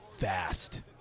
Fast